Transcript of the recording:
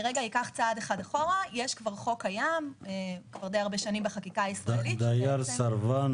יש כבר חוק קיים כבר די הרבה שנים בחקיקה הישראלית --- כדי